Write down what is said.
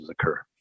occur